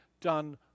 done